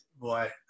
boy